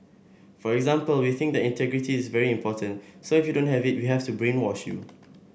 for example we think that integrity is very important so if you don't have it we have to brainwash you